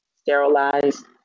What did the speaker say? sterilized